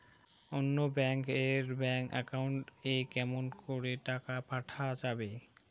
অন্য ব্যাংক এর bank account এ কেমন করে টাকা পাঠা যাবে?